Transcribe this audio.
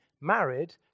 married